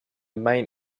main